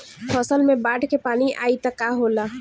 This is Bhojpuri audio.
फसल मे बाढ़ के पानी आई त का होला?